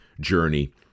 journey